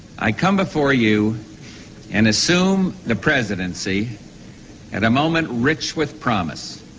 i come before you and assume the presidency at a moment rich with promise.